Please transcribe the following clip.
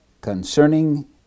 concerning